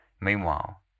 Meanwhile